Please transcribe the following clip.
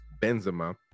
Benzema